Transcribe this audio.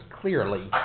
clearly